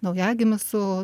naujagimis su